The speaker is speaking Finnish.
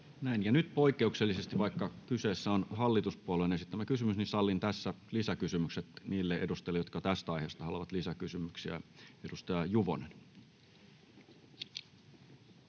nyt poikkeuksellisesti, vaikka kyseessä on hallituspuolueen esittämä kysymys, sallin tässä lisäkysymykset niille edustajille, jotka tästä aiheesta haluavat lisäkysymyksiä. — Edustaja Juvonen.